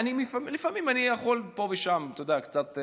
לפעמים אני יכול פה ושם, אתה יודע, קצת.